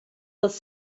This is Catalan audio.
els